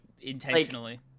intentionally